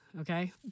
okay